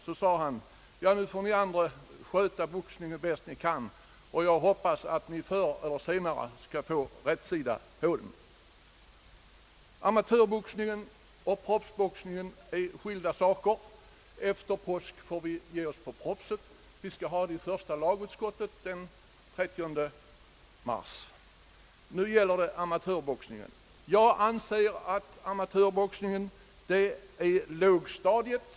Då sade han: Nu får ni andra sköta boxningen bäst ni kan, och jag hoppas att ni förr eller senare skall få rätsida på den. Amatörboxningen och proffsboxningen är skilda saker. Efter påsk får vi ge oss på proffsen. Den frågan kommer upp i första lagutskottet den 30 mars. Nu gäller det amatörboxningen, som jag anser vara lågstadiet.